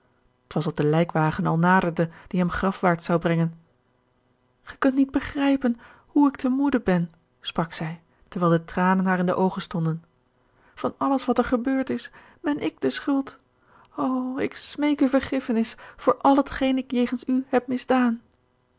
t was of de lijkwagen al naderde die hem grafwaarts zou brengen gij kunt niet begrijpen hoe ik te moede ben sprak zij terwijl de tranen haar in de oogen stonden van alles wat er gebeurd is ben ik de schuld o ik smeek u vergiffenis voor al hetgeen ik jegens u heb misdaan